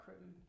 Room